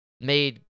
made